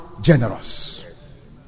Generous